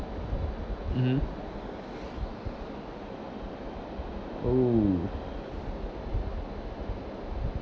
mmhmm oh